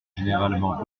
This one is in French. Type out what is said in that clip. généralement